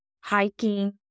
hiking